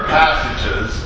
passages